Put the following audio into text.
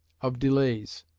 of delays,